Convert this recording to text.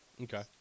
Okay